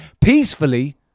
peacefully